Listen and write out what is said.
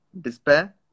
despair